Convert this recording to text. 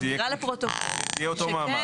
בהקראה לפרוטוקול --- שזה יהיה אותו מעמד.